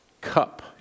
cup